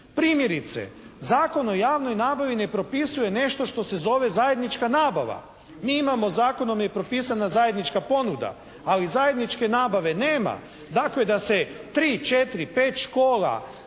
Primjerice Zakon o javnoj nabavi ne propisuje nešto što se zove zajednička nabava. Mi imamo zakon …/Govornik se ne razumije./… propisana zajednička ponuda, ali zajedničke nabave nema. Dakle, da se tri, četiri,